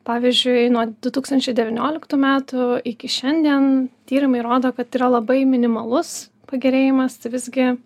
pavyzdžiui nuo du tūkstančiai devynioliktų metų iki šiandien tyrimai rodo kad yra labai minimalus pagerėjimas visgi